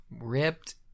ripped